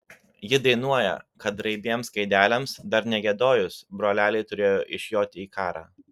ji dainuoja kad raibiems gaideliams dar negiedojus broleliai turėjo išjoti į karą